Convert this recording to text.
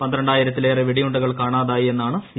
പന്ത്രണ്ടായിരത്തിലേറെ വെടിയുണ്ടകൾ കാണാതായി എന്നാണ് സി